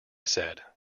said